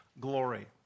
glory